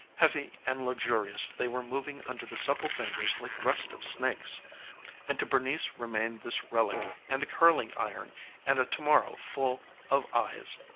heavy and luxurious they were moving under the supple fingers like restive snakes and to bernice remained this relic and the curling-iron and a to-morrow full of eyes.